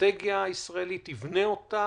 האסטרטגיה הישראלית, יבנה אותה,